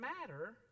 matter